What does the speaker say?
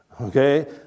Okay